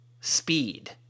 speed